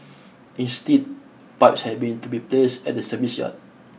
instead pipes had been to be placed at the service yard